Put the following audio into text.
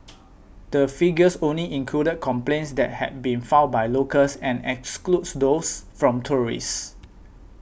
the figures only included complaints that had been filed by locals and excludes those from tourists